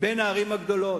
"מבין הערים הגדולות".